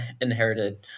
inherited